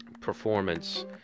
performance